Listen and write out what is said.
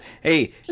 Hey